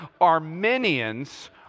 Armenians